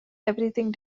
everything